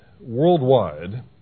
worldwide